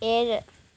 ഏഴ്